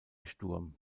sturm